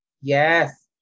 Yes